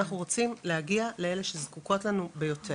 אנחנו רוצים להגיע לאלה שזקוקות לנו ביותר,